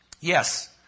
Yes